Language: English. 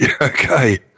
okay